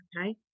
Okay